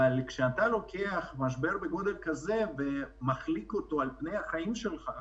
כשאתה לוקח משבר בגודל כזה ומחליק אותו על פני החיים שלך,